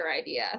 idea